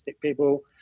people